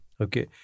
okay